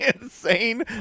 insane